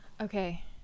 Okay